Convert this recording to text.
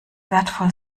wertvoll